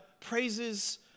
praises